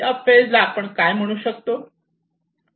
या फेज ला आपण काय म्हणू शकतो